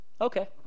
okay